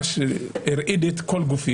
לי והרעיד את כל גופי?